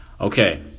Okay